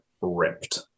ripped